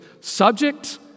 Subject